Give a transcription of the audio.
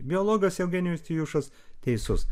biologas eugenijus tijušas teisus